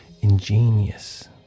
ingenious